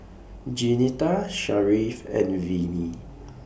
Jeanetta Sharif and Vinie